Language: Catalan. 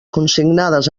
consignades